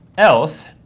else,